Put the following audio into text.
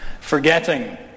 Forgetting